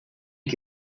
que